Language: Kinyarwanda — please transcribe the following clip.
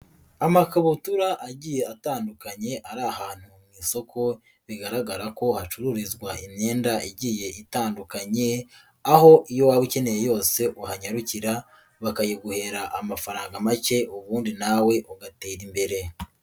Amakabutura agiye atandukanye ari ahantu mu isoko bigaragara ko hacururizwa imyenda igiye itandukanye, aho iyo waba ukeneye yose uhanyarukira bakayiguhera amafaranga make ubundi nawe ugatera imbere.